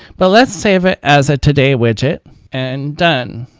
but let's save it as a today widget and done.